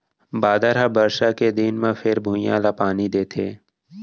बादर ह बरसा के दिन म फेर भुइंया ल पानी देथे